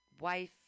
wife